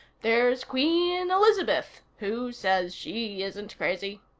there's queen elizabeth who says she isn't crazy.